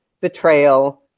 betrayal